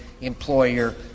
employer